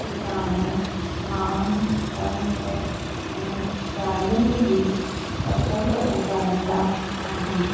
किसान धान कणक ऐं दालियुनि जी फ़सल उगाईंदा आहिनि